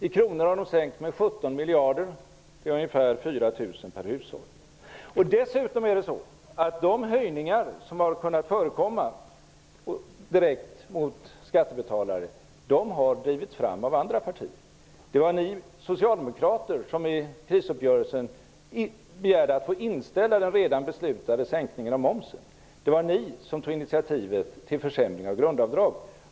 I kronor har skatterna sänkts med 17 miljarder; det är ungefär Dessutom har de direkta höjningar för skattebetalarna som har förekommit drivits igenom av andra partier. Det var ni socialdemokrater som i krisuppgörelsen begärde att den redan beslutade sänkningen av momsen skulle inställas. Det var ni som tog initiativet till försämringen av grundavdrag.